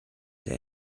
der